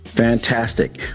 Fantastic